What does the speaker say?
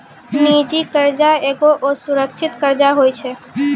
निजी कर्जा एगो असुरक्षित कर्जा होय छै